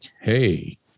Hey